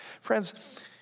Friends